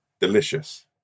delicious